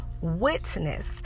witness